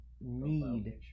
need